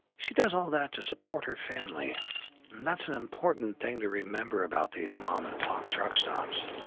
she does all that to support her family. and that's an important thing to remember about these mom and pop truck stops.